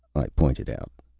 i pointed out.